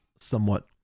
somewhat